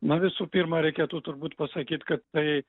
na visų pirma reikėtų turbūt pasakyt kad tai